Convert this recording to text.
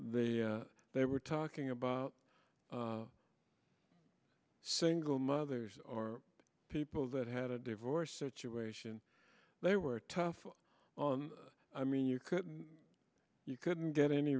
when the they were talking about single mothers or people that had a divorce situation they were tough on i mean you couldn't you couldn't get any